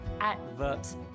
adverbs